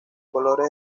colores